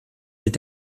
mit